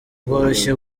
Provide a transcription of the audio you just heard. bworoshye